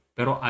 Pero